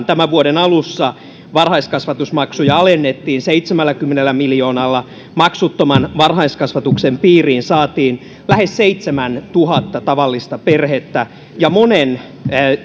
tämän vuoden alussa varhaiskasvatusmaksuja alennettiin seitsemälläkymmenellä miljoonalla maksuttoman varhaiskasvatuksen piiriin saatiin lähes seitsemäntuhatta tavallista perhettä ja monen